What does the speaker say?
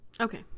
okay